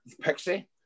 Pixie